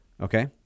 okay